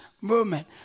movement